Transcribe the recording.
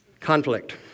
Conflict